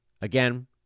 Again